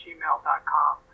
Gmail.com